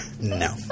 No